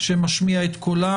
שמשמיע את קולם.